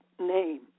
name